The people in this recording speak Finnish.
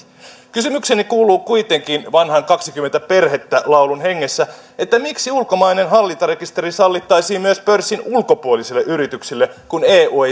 kysymykseni kuuluu kuitenkin vanhan kaksikymmentä perhettä laulun hengessä miksi ulkomainen hallintarekisteri sallittaisiin myös pörssin ulkopuolisille yrityksille kun eu